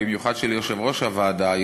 במיוחד של יושב-ראש הוועדה,